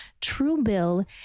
Truebill